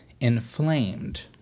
inflamed